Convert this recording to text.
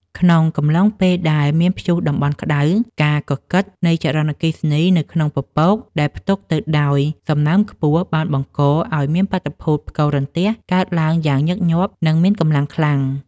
ក្នុងកំឡុងពេលដែលមានព្យុះតំបន់ក្ដៅ ការកកិតនៃចរន្តអគ្គិសនីនៅក្នុងពពកដែលផ្ទុកទៅដោយសំណើមខ្ពស់ បានបង្កឱ្យមានបាតុភូតផ្គររន្ទះកើតឡើងយ៉ាងញឹកញាប់ និងមានកម្លាំងខ្លាំង។